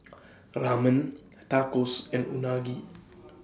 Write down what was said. Ramen Tacos and Unagi